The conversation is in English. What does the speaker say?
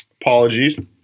Apologies